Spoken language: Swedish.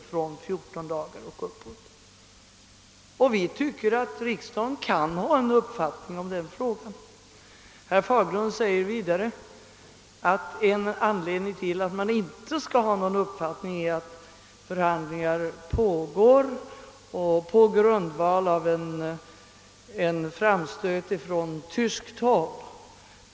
Vi tycker att riksdagen kan ha en uppfattning i den frågan. Herr Fagerlund sade vidare att en anledning till att man inte kunde ha någon uppfattning var att förhandlingar pågår på grundval av en framstöt från tyskt håll.